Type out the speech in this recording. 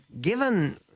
Given